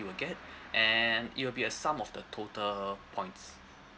he will get and it will be a sum of the total points